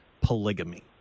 polygamy